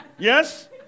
Yes